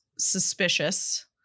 Suspicious